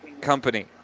company